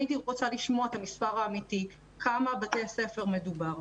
הייתי רוצה לשמוע את המספר האמיתי בכמה בתי ספר מדובר.